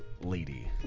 lady